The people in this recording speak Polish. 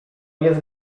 jest